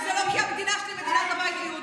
אם לא כי המדינה שלי היא מדינת הבית היהודי,